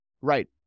Right